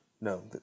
No